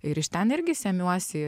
ir iš ten irgi semiuosi